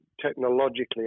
technologically